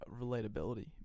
relatability